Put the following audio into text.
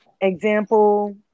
example